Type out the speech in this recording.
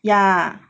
yeah